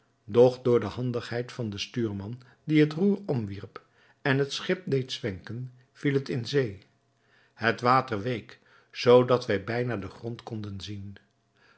doch door de handigheid van den stuurman die het roer omwierp en het schip deed zwenken viel het in zee het water week zoodat wij bijna den grond konden zien